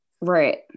Right